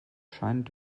scheint